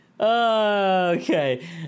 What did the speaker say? okay